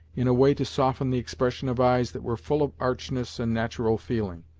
in a way to soften the expression of eyes that were full of archness and natural feeling.